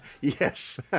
Yes